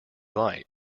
light